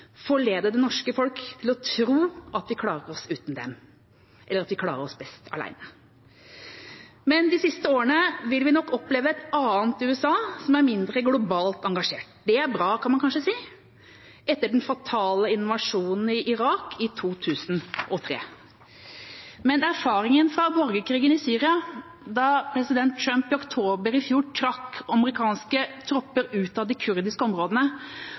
det norske folk til å tro at vi klarer oss uten dem, eller at vi klarer oss best alene. Men de neste årene vil vi nok oppleve et annet USA, som er mindre globalt engasjert. Det er bra, kan man kanskje si, etter den fatale invasjonen i Irak i 2003. Men erfaringen fra borgerkrigen i Syria, da president Trump i oktober i fjor trakk amerikanske tropper ut av de kurdiske områdene,